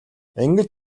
ингэж